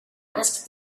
asked